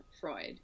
Freud